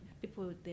people